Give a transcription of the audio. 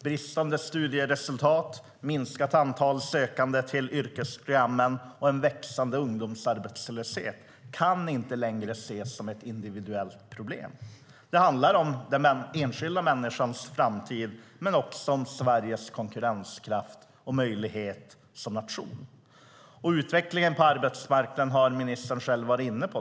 Bristande studieresultat, minskat antal sökande till yrkesprogrammen och en växande ungdomsarbetslöshet kan inte längre ses som ett individuellt problem. Det handlar om den enskilda människas framtid men också om Sveriges konkurrenskraft och möjlighet som nation. Utvecklingen på arbetsmarknaden har ministern själv varit inne på.